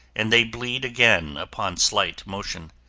and they bleed again upon slight motion.